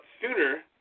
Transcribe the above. sooner